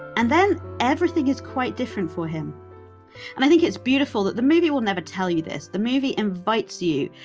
and then, everything is quite different for him. and i think that it's beautiful that the movie will never tell you this. the movie invites you,